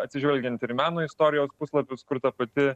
atsižvelgiant ir į meno istorijos puslapius kur ta pati